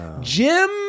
Jim